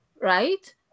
right